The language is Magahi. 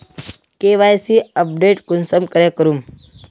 के.वाई.सी अपडेट कुंसम करे करूम?